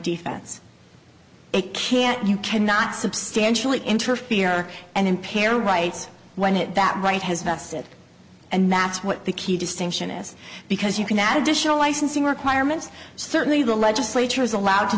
defense it can't you cannot substantially interfere and impair rights when it that right has vested and that's what the key distinction is because you can add additional licensing requirements certainly the legislature is allowed to